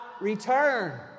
return